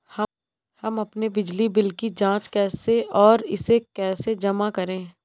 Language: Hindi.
हम अपने बिजली बिल की जाँच कैसे और इसे कैसे जमा करें?